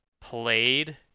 played